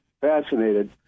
fascinated